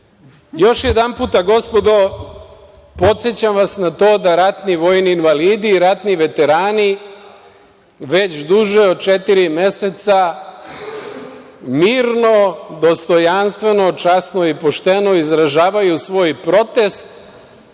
jedanput, gospodo, podsećam vas na to da ratni vojni invalidi i ratni veterani već duže od četiri meseca mirno, dostojanstveno, časno i pošteno izražavaju svoj protest